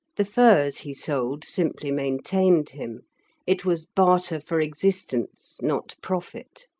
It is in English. the furs he sold simply maintained him it was barter for existence, not profit.